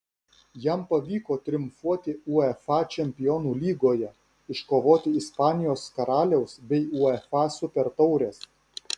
jam pavyko triumfuoti uefa čempionų lygoje iškovoti ispanijos karaliaus bei uefa supertaures